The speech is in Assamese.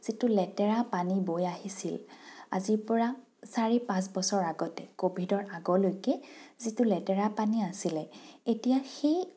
যিটো লেতেৰা পানী বৈ আহিছিল আজিৰ পৰা চাৰি পাঁচবছৰ আগতে কোভিডৰ আগলৈকে যিটো লেতেৰা পানী আছিলে এতিয়া সেই